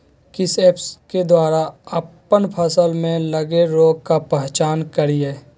किस ऐप्स के द्वारा अप्पन फसल में लगे रोग का पहचान करिय?